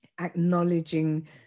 acknowledging